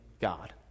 God